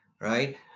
right